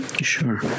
Sure